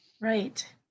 right